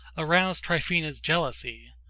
aroused tryphena's jealousy.